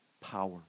power